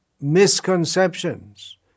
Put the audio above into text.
misconceptions